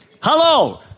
Hello